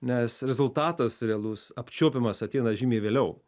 nes rezultatas realus apčiuopiamas ateina žymiai vėliau